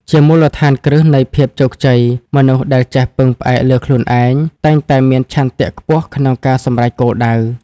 ជាមូលដ្ឋានគ្រឹះនៃភាពជោគជ័យមនុស្សដែលចេះពឹងផ្អែកលើខ្លួនឯង តែងតែមានឆន្ទៈខ្ពស់ក្នុងការសម្រេចគោលដៅ។